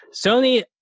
Sony